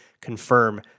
confirm